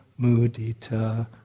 mudita